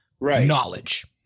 knowledge